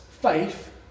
Faith